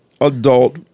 adult